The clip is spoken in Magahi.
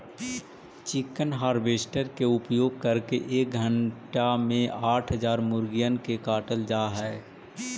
चिकन हार्वेस्टर के उपयोग करके एक घण्टे में आठ हजार मुर्गिअन के काटल जा हई